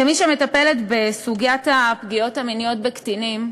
כמי שמטפלת בסוגיית הפגיעות המיניות בקטינים,